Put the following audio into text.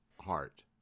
heart